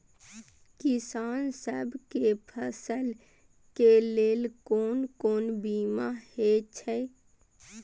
किसान सब के फसल के लेल कोन कोन बीमा हे छे?